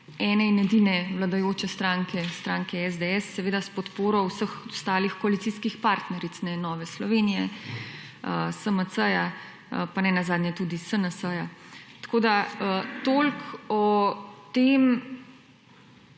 ene in edine vladajoče stranke, stranke SDS, seveda, s podporo vseh ostalih koalicijskih partneric, Nove Slovenije, SMC pa nenazadnje tudi SNS. Toliko o tem